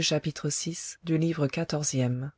chapitre vii